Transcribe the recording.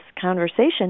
conversation